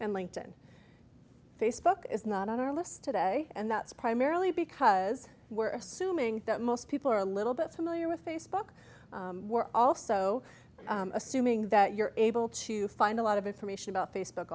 and linked in facebook is not on our list today and that's primarily because we're assuming that most people are a little bit familiar with facebook we're also assuming that you're able to find a lot of information about facebook